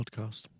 Podcast